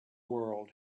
world